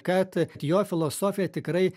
kad jo filosofija tikrai